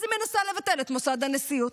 אז היא מנסה לבטל את מוסד הנשיאות,